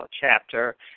chapter